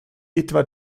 etwa